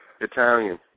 Italian